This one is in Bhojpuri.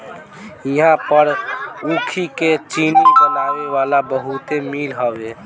इहां पर ऊखी के चीनी बनावे वाला बहुते मील हवे